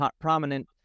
prominent